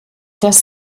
dass